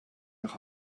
nach